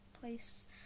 place